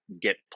get